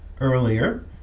earlier